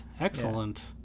Excellent